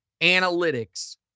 analytics